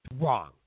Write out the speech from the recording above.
Wrong